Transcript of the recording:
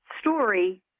story